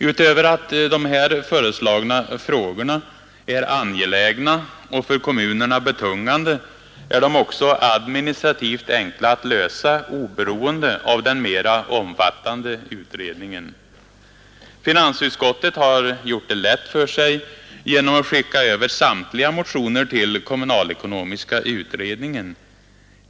Utöver att de här berörda frågorna är angelägna och för kommunerna betungan de är de också administrativt enkla att lösa oberoende av den mera omfattande utredningen. Finansutskottet har gjort det lätt för sig genom att föreslå att samtliga motioner skickas över till kommunalekonomiska utredningen.